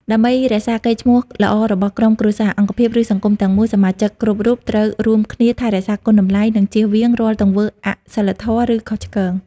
ដើម្បីរក្សាកេរ្តិ៍ឈ្មោះល្អរបស់ក្រុមគ្រួសារ អង្គភាព ឬសង្គមទាំងមូល សមាជិកគ្រប់រូបត្រូវរួមគ្នា ថែរក្សាគុណតម្លៃ និងជៀសវាងរាល់ទង្វើអសីលធម៌ ឬខុសឆ្គង។